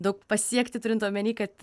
daug pasiekti turint omeny kad